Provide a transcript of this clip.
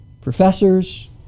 professors